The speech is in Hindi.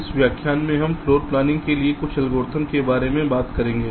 इसलिए इस व्याख्यान में हम फ्लोर प्लानिंग के लिए कुछ एल्गोरिदम के बारे में बात करेंगे